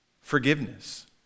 forgiveness